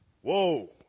Whoa